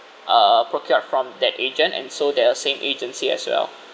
uh procured from that agent and so they are same agency as well